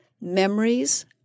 memories